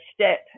step